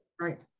Right